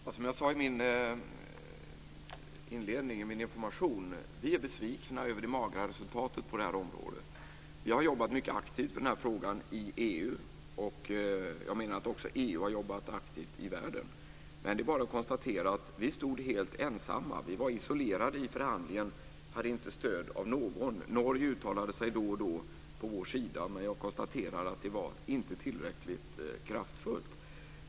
Fru talman! Som jag sade i min inledande information är vi besvikna över det magra resultatet på det här området. Vi har jobbat mycket aktivt i den här frågan i EU, och jag menar också att EU har jobbat aktivt i världen. Det är bara att konstatera att vi stod helt ensamma. Vi var isolerade i förhandlingen och hade inte stöd av någon. Norge uttalade sig då och då på vår sida, men jag konstaterar att det inte var tillräckligt kraftfullt.